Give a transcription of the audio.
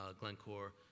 Glencore